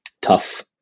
tough